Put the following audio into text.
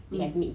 mm